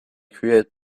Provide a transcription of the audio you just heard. create